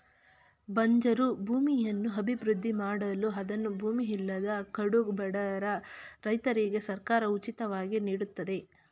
ಬಂಜರು ಭೂಮಿಯನ್ನು ಅಭಿವೃದ್ಧಿ ಮಾಡಲು ಅದನ್ನು ಭೂಮಿ ಇಲ್ಲದ ಕಡುಬಡವ ರೈತರಿಗೆ ಸರ್ಕಾರ ಉಚಿತವಾಗಿ ನೀಡುತ್ತದೆ